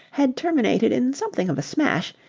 had terminated in something of a smash,